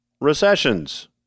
recessions